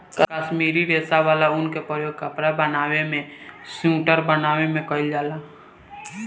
काश्मीरी रेशा वाला ऊन के प्रयोग कपड़ा बनावे में सुइटर बनावे में कईल जाला